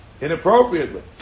inappropriately